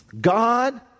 God